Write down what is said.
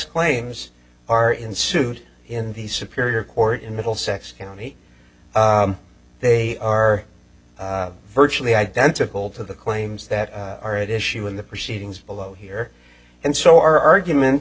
claims are ensued in the superior court in middlesex county they are virtually identical to the claims that are at issue in the proceedings below here and so our argument